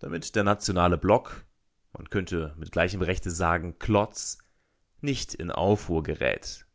damit der nationale block man könnte mit gleichem rechte sagen klotz nicht in aufruhr gerät